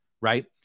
right